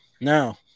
Now